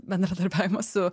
bendradarbiavimas su